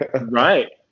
Right